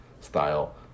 style